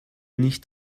nicht